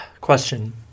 Question